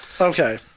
okay